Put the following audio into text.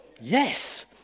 yes